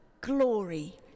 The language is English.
glory